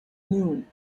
noon